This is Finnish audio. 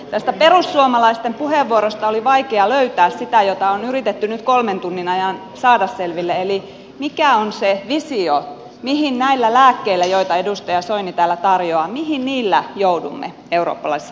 tästä perussuomalaisten puheenvuorosta oli vaikea löytää sitä jota on yritetty nyt kolmen tunnin ajan saada selville eli mikä on se visio mihin näillä lääkkeillä joita edustaja soini täällä tarjoaa joudumme eurooppalaisessa taloustilanteessa